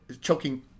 choking